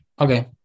Okay